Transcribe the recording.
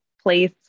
place